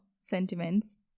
sentiments